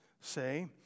say